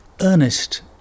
earnest